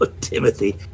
Timothy